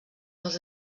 dels